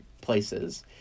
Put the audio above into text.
places